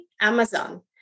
Amazon